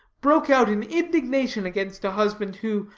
broke out in indignation against a husband, who,